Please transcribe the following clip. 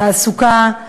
תעסוקה,